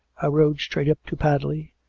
i rode straight up to padley,